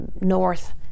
north